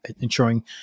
ensuring